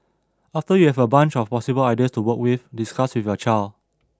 after you have a bunch of possible ideas to work with discuss with your child